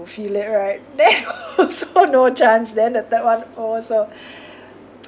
feel it right then then also no chance then the third one also